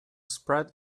spread